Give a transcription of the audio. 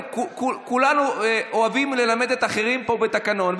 כולנו אוהבים ללמד פה את האחרים על התקנון,